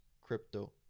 crypto